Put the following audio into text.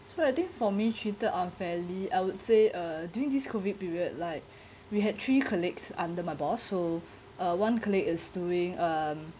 so I think for me treated unfairly I would say uh during this period like we had three colleagues under my boss so uh one colleague is doing um